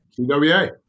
CWA